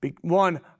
one